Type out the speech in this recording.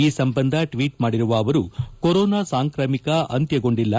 ಈ ಸಂಬಂಧ ಟ್ವೀಟ್ ಮಾಡಿರುವ ಅವರು ಕೋರೋನಾ ಸಾಂಕ್ರಾಮಿಕ ಅಂತ್ಯಗೊಂಡಿಲ್ಲ